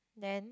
then